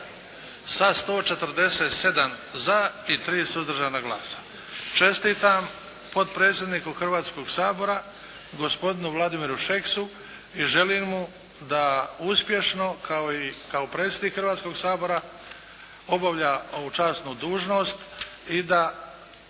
sa 147 za i 3 suzdržana glasa. Čestitam potpredsjedniku Hrvatskoga sabora gospodinu Vladimiru Šeksu i želim mu da uspješno kao i predsjednik Hrvatskoga sabora obavlja ovu časnu dužnost i da